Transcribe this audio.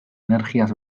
energiaz